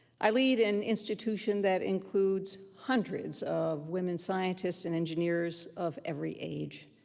i lead an institution that includes hundreds of women scientists and engineers of every age.